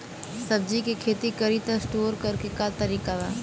सब्जी के खेती करी त स्टोर करे के का तरीका बा?